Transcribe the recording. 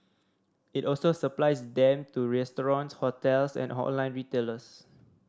it also supplies them to restaurants hotels and online retailers